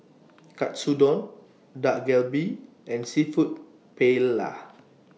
Katsudon Dak Galbi and Seafood Paella